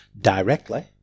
directly